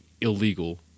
illegal